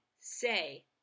say